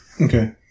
Okay